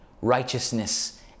righteousness